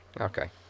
Okay